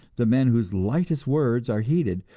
the men whose lightest words are heeded,